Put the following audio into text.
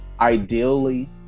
ideally